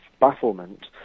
bafflement